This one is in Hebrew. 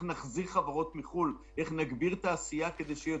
אם הלקוחות שלנו נעולים בבתים,